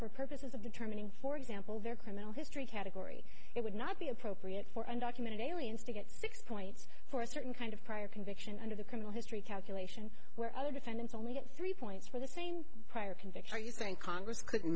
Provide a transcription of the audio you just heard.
for purposes of determining for example their criminal history category it would not be appropriate for undocumented aliens to get six points for a certain kind of prior conviction under the criminal history calculation where other defendants only get three points for the same prior conviction are you saying congress could